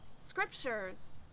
scriptures